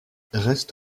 reste